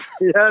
Yes